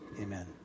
amen